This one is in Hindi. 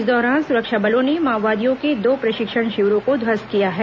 इस दौरान सुरक्षा बलों ने माओवादियों के दो प्रशिक्षण शिविरों को ध्वस्त किया है